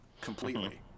completely